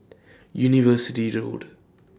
University Road